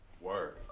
word